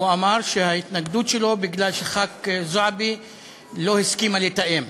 והוא אמר שההתנגדות שלו היא בגלל שחברת הכנסת זועבי לא הסכימה לתאם.